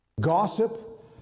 gossip